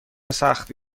سختی